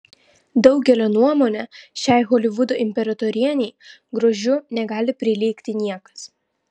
daugelio nuomone šiai holivudo imperatorienei grožiu negali prilygti niekas